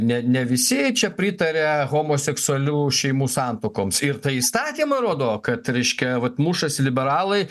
ne ne visi čia pritaria homoseksualių šeimų santuokoms ir tai įstatymą rodo kad reiškia vat mušasi liberalai